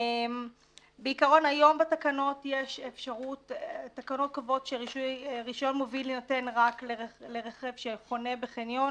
היום התקנות קובעות שרישיון מוביל יינתן רק לרכב שחונה בחניון